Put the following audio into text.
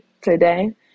today